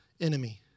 enemy